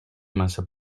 massa